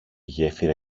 γέφυρα